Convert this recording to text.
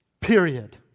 Period